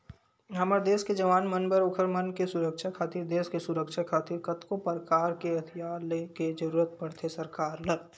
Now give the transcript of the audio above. हमर देस के जवान मन बर ओखर मन के सुरक्छा खातिर देस के सुरक्छा खातिर कतको परकार के हथियार ले के जरुरत पड़थे सरकार ल